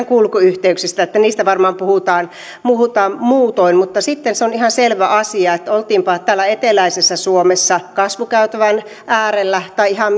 kulkuyhteyksistä niistä varmaan puhutaan muutoin mutta sitten on ihan selvä asia että oltiinpa täällä eteläisessä suomessa kasvukäytävän äärellä tai ihan